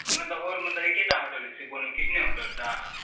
मतलब और मतलब एकेटा होटल कृष्णे होटलटा